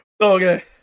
Okay